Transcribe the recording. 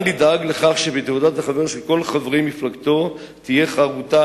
גנדי דאג לכך שבתעודת החבר של כל חברי מפלגתו תהיה חרוטה